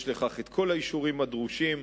יש לכך כל האישורים הדרושים.